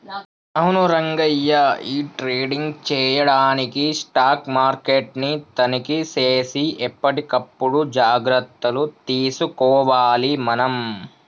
అవును రంగయ్య ఈ ట్రేడింగ్ చేయడానికి స్టాక్ మార్కెట్ ని తనిఖీ సేసి ఎప్పటికప్పుడు జాగ్రత్తలు తీసుకోవాలి మనం